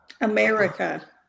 America